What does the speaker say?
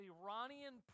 Iranian